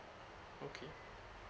okay